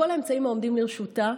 סיוע לכורדים בכל האמצעים העומדים לרשותה.